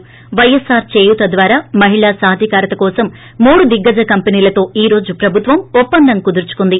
వైఎస్పార్ చేయూత ద్వారా మహిళా సాధికారత కోసం మూడు దిగ్గజ కంపెనీల తో ఈ రోజు ప్రబుత్వం ఒప్పందం కుదుర్చుకుంది